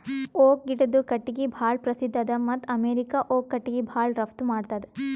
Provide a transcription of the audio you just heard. oak ಗಿಡದು ಕಟ್ಟಿಗಿ ಭಾಳ್ ಪ್ರಸಿದ್ಧ ಅದ ಮತ್ತ್ ಅಮೇರಿಕಾ ಓಕ್ ಕಟ್ಟಿಗಿ ಭಾಳ್ ರಫ್ತು ಮಾಡ್ತದ್